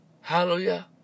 Hallelujah